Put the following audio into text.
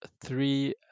three